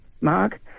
mark